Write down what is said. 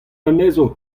anezho